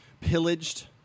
pillaged